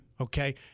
okay